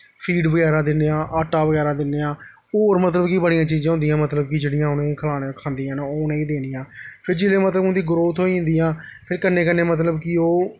feed बगैरा दिन्ने आं आटा बगैरा दिन्ने आं होर मतलब कि बड़ियां चीज़ां होंदियां कि मतलब जेह्ड़ियां उ'नेंगी खलान खंदियां न ओह् उ'नेंगी देनियां न फिर जिसलै मतलब कि उं'दी ग्रोथ होई जंदियां फिर कन्नै कन्नै मतलब कि ओह्